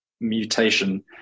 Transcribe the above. mutation